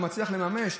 הוא לא מצליח לממש,